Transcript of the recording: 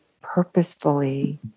purposefully